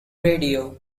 radio